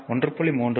படம் 1